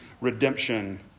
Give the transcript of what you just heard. redemption